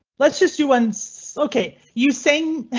let's just you once. ok you sing,